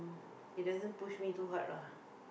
it doesn't push me too hard lah